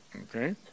Okay